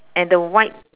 and the white